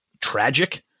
tragic